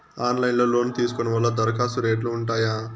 Online లో లోను తీసుకోవడం వల్ల దరఖాస్తు రేట్లు ఉంటాయా?